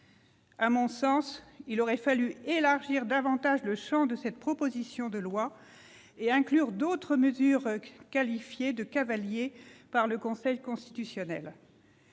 À mon sens, il aurait fallu étendre davantage le champ de cette proposition de loi et y inclure d'autres mesures qualifiées de « cavaliers » par le Conseil constitutionnel.